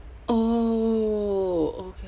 oh okay